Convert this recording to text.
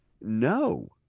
no